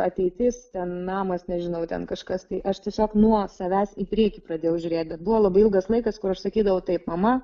ateitis namas nežinau ten kažkas tai aš tiesiog nuo savęs į priekį pradėjau žiūrėti bet buvo labai ilgas laikas kur aš sakydavau taip mama